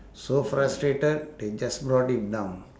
so frustrated they just brought it down